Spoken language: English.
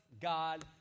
God